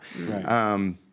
Right